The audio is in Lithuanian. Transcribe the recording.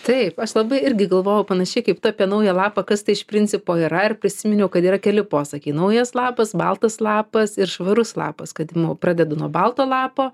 taip aš labai irgi galvojau panašiai kaip tu apie naują lapą kas tai iš principo yra ir prisiminiau kad yra keli posakiai naujas lapas baltas lapas ir švarus lapas kad pradedu nuo balto lapo